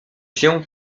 się